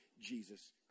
Jesus